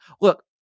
look